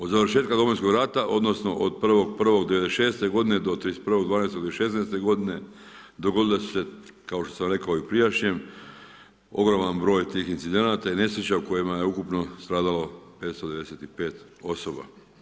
Od završetka Domovinskog rata, odnosno od 1.1.1996. godine do 31.12.2016. godine, dogodile su se kao što sam rekao i prijašnjem, ogroman broj tih incidenata i nesreća u kojima je ukupno stradalo 595 osoba.